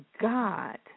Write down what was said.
God